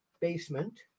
basement